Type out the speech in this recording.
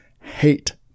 hate